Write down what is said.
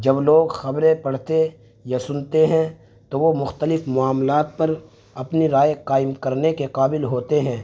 جب لوگ خبریں پڑھتے یا سنتے ہیں تو وہ مختلف معاملات پر اپنی رائے قائم کرنے کے قابل ہوتے ہیں